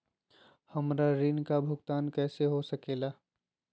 हमरा ऋण का भुगतान कैसे हो सके ला?